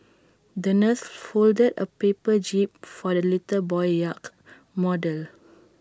the nurse folded A paper jib for the little boy's yacht model